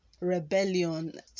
rebellion